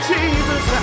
Jesus